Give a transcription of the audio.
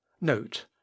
note